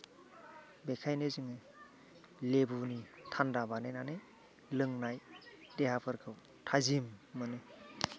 बेखायनो जों लेबुनि थानदा बानायनानै लोंनाय देहाफोरखौ थाजिम मोनो